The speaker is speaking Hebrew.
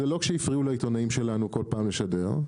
זה לא כשהפריעו לעיתונאים שלנו כל פעם לשדר.